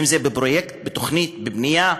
אם בפרויקט, בתוכנית, בבנייה,